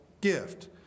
gift